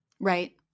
Right